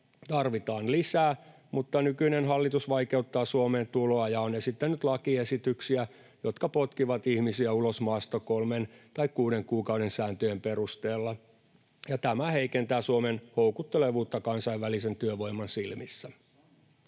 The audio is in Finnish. tarvitaan lisää, mutta nykyinen hallitus vaikeuttaa Suomeen tuloa ja on esittänyt lakiesityksiä, jotka potkivat ihmisiä ulos maasta kolmen tai kuuden kuukauden sääntöjen perusteella, ja tämä heikentää Suomen houkuttelevuutta kansainvälisen työvoiman silmissä.